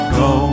go